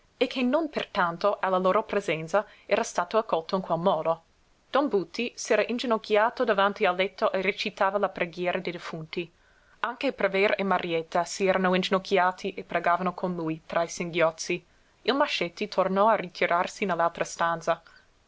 e che non pertanto alla loro presenza era stato accolto in quel modo don buti s'era inginocchiato davanti al letto e recitava la preghiera dei defunti anche i prever e marietta si erano inginocchiati e pregavano con lui tra i singhiozzi il mascetti tornò a ritirarsi nell'altra